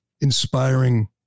inspiring